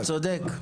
אתה צודק.